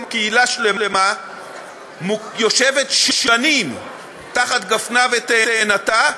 או קהילה שלמה יושבת שנים תחת גפנה ותאנתה,